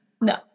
No